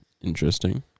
Interesting